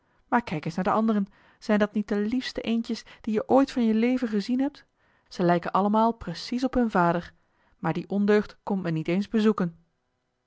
maar kijk eens naar de anderen zijn dat niet de liefste eendjes die je ooit van je leven gezien hebt zij lijken allemaal precies op hun vader maar die ondeugd komt mij niet eens bezoeken